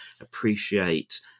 appreciate